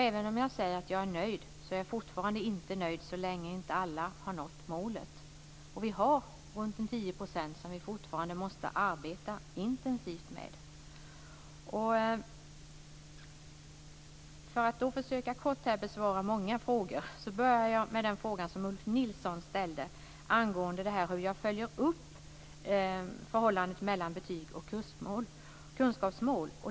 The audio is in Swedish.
Även om jag säger att jag är nöjd, är jag fortfarande inte nöjd så länge inte alla har nått målet. Det finns ca 10 % som vi fortfarande måste arbeta intensivt med. Jag skall kort försöka besvara många frågor. Ulf Nilsson ställde en fråga om hur jag följer upp förhållandet mellan betyg och kunskapsmål.